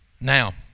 Now